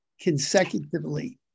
consecutively